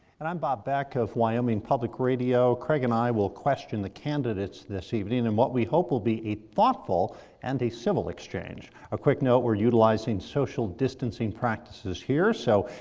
and i'm bob beck of wyoming public radio. craig and i will question the candidates this evening in what we hope will be a thoughtful and a civil exchange. a quick note, we're utilizing social distancing practices here. so,